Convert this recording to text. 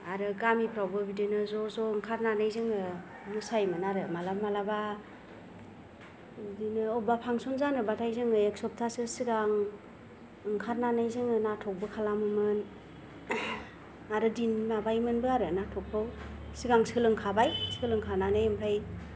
आरो गामिफ्रावबो बिदिनो ज' ज' ओंखारनानै जोङो मोसायोमोन आरो मालाबा मालाबा बिदिनो बबेबा फांसन जानोबाथाय जोङो एक सप्ता सो सिगां ओंखारनानै जोङो नाथखबो खालामोमोन आरो दिन माबायोबोमोनबो आरो नाथखखौ सिगां सोलोंखाबाय सोलोंखानानै आमफ्राय